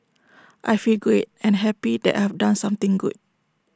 I feel great and happy that I've done something good